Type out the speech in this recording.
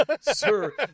sir